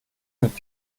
mit